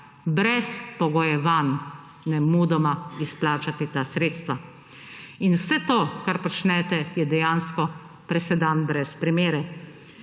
brez pogojevanj, nemudoma izplačati ta sredstva. In vse to, kar počnete, je dejansko presedan brez primere.